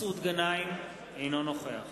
מסעוד גנאים, אינו נוכח